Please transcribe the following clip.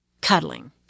cuddling